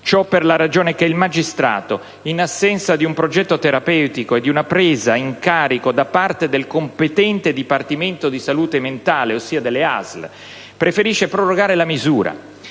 ciò per la ragione che il magistrato, in assenza di un progetto terapeutico e di una presa in carico da parte del competente dipartimento di salute mentale (ossia le ASL), preferisce prorogare la misura.